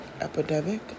epidemic